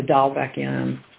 have to dial back in